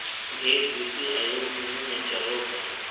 भेड़ कृषि अयोग्य भूमि में चरो हइ